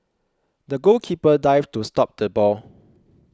the goalkeeper dived to stop the ball